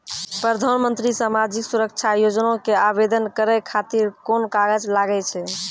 प्रधानमंत्री समाजिक सुरक्षा योजना के आवेदन करै खातिर कोन कागज लागै छै?